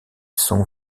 sont